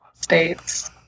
states